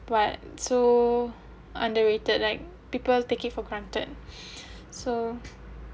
but so underrated like people take it for granted so